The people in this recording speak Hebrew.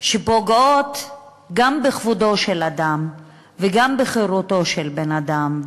שפוגעות גם בכבודו של אדם וגם בחירותו של בן-אדם,